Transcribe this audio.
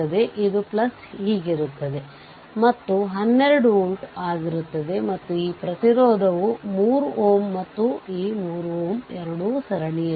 ಆದರೆ ನೀವು ಎಲ್ಲಾ ಸ್ವತಂತ್ರ ಮೂಲಗಳನ್ನು ಆಫ್ ಮಾಡಬೇಕು ಆದರೆ ಅವಲಂಬಿತ ಮೂಲಗಳಲ್ಲ